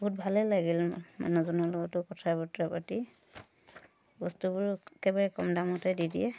বহুত ভালে লাগিল মানুহজনৰ লগতো কথা বতৰা পাতি বস্তুবোৰো একেবাৰে কম দামতে দি দিয়ে